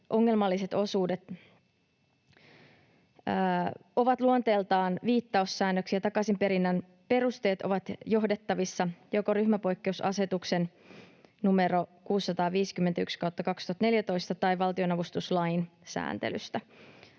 ongelmalliset osuudet ovat luonteeltaan viittaussäännöksiä: takaisinperinnän perusteet ovat johdettavissa joko ryhmäpoikkeusasetuksen N:o 651/2014 tai valtionavustuslain sääntelystä.